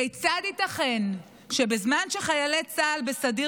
כיצד ייתכן שבזמן שחיילי צה"ל בסדיר